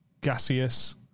gaseous